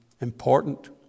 important